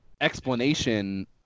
explanation